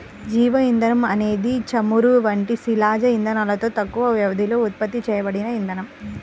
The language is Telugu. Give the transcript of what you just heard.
జీవ ఇంధనం అనేది చమురు వంటి శిలాజ ఇంధనాలలో తక్కువ వ్యవధిలో ఉత్పత్తి చేయబడిన ఇంధనం